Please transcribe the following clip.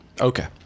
Okay